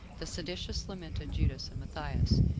the seditious lamented judas and matthias,